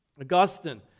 Augustine